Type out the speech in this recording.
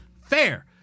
fair